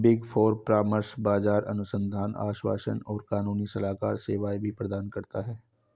big four परामर्श, बाजार अनुसंधान, आश्वासन और कानूनी सलाहकार सेवाएं भी प्रदान करता है